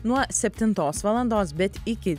nuo septintos valandos bet iki